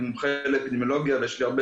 אני מומחה לאפידמיולוגיה ויש לי הרבה